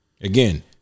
Again